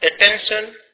Attention